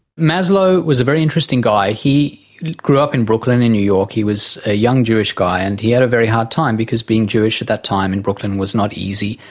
maslow was a very interesting guy. he grew up in brooklyn in new york, he was a young jewish guy and he had a very hard time because being jewish at the time in brooklyn was not easy.